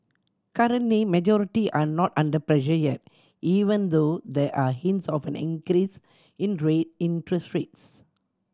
currently majority are not under pressure yet even though there are hints of an increase interest rates